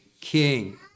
king